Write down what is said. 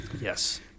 Yes